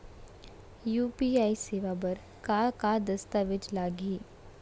UPI सेवा बर का का दस्तावेज लागही?